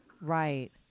Right